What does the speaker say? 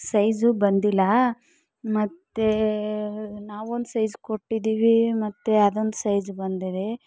size ಬಂದಿಲ್ಲ ಮತ್ತು ನಾವು ಒಂದು ಸೈಜ್ ಕೊಟ್ಟಿದ್ದೀವಿ ಮತ್ತು ಅದು ಒಂದು ಸೈಜ್ ಬಂದಿದೆ